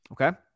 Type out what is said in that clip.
Okay